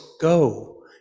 go